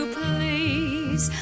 please